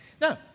No